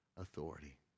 authority